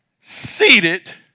seated